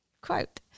quote